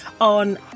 on